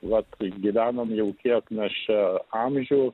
vat kaip gyvenam jau kiek mes čia amžių